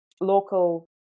local